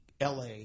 LA